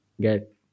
get